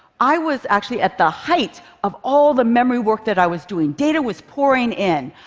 i was actually at the height of all the memory work that i was doing data was pouring in,